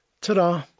Ta-da